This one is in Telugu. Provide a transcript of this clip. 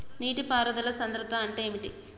నీటి పారుదల సంద్రతా అంటే ఏంటిది?